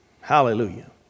Hallelujah